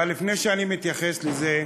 אבל לפני שאני מתייחס לזה,